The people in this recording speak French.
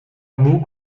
hameaux